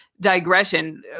digression